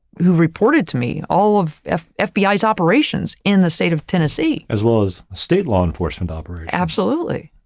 who reported to me, all of ah of fbi's operations in the state of tennesseerosenberg as well as state law enforcement operate. absolutely.